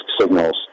signals